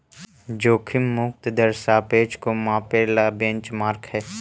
जोखिम मुक्त दर सापेक्ष को मापे ला बेंचमार्क हई